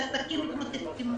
עסקים מתמוטטים.